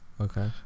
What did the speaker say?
Okay